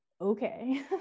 okay